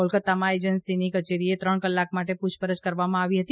કોલકત્તામાં એજન્સીની કચેરીએ ત્રણ કલાક માટે પુછપરછ કરવામાં આવી હતી